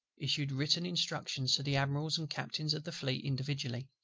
issued written instructions to the admirals and captains of the fleet individually,